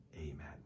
Amen